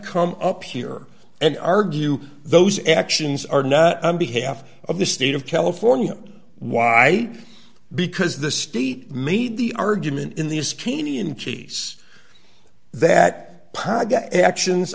come up here and argue those actions are now behalf of the state of california why because the state made the argument in these keeney in keys that actions